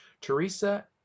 Teresa